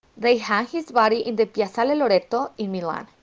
they hang his body in the piazzale loreto in milan.